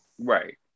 right